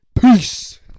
peace